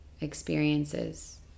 experiences